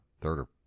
third